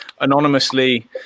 anonymously